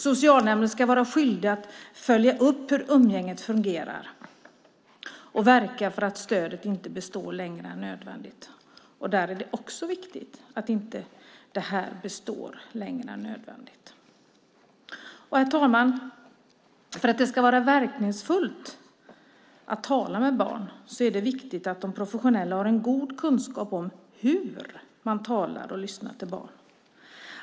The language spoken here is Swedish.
Socialnämnden ska vara skyldig att följa upp hur umgänget fungerar och verka för att stödet inte består längre än nödvändigt. Där är det också viktigt att det verkligen inte består längre än nödvändigt. Herr talman! För att det ska vara verkningsfullt att tala med barn är det viktigt att de professionella har en god kunskap om hur man talar och lyssnar till barn.